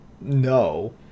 no